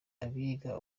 abiga